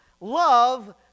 love